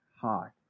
hard